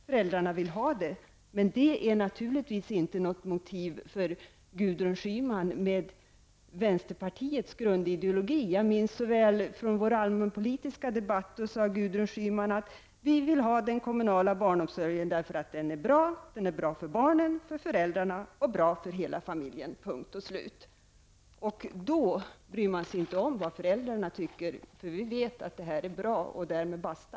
Föräldrarna vill ha det -- men det är naturligtvis inget motiv för Jag minns så väl från vår allmänpolitiska debatt, då Gudrun Schyman sade: Vi vill ha den kommunala barnomsorgen därför att den är bra, den är bra för barnen, bra för föräldrarna och bra för hela familjen. Då bryr man sig inte om vad föräldrarna tycker. Vi vet att det här är bra, och därmed basta!